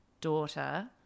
daughter